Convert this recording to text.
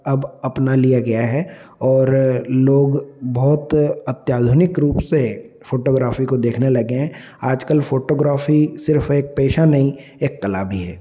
अब अपना लिया गया है और लोग बहुत अत्याधुनिक रूप से फोटोग्राफी को देखने लगे हैं आजकल फोटोग्राफी सिर्फ एक पेशा नहीं एक कला भी है